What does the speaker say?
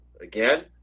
again